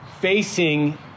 facing